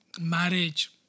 marriage